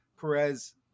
Perez